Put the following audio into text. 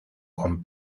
con